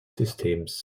systems